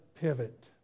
pivot